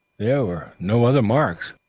there were no other marks.